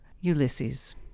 ulysses